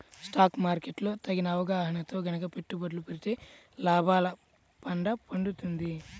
stock market లో తగిన అవగాహనతో గనక పెట్టుబడులను పెడితే లాభాల పండ పండుతుంది